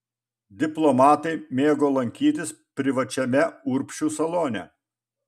diplomatai mėgo lankytis privačiame urbšių salone